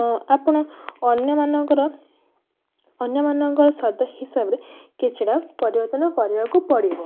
ଅ ଆପଣ ଅନ୍ୟ ମାନଙ୍କର ଅନ୍ୟ ମାନଙ୍କର ସ୍ୱାଦ ହିସାବରେ କିଛିଟା ପରିବର୍ତ୍ତନ କରିବାକୁ ପଡ଼ିବ